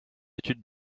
étude